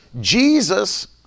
Jesus